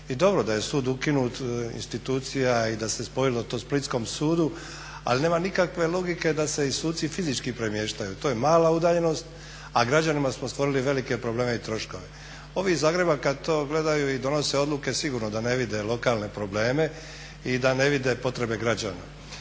i dobro da je sud ukinut institucija i da se to spojilo to splitskom sudu, ali nema nikakve logike da se i suci fizički premještaju, to je mala udaljenost, a građanima smo stvorili velike probleme i troškove. Ovi iz Zagreba kada to gledaju i donose odluke sigurno da ne vide lokalne probleme i da ne vide potrebe građana.